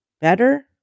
better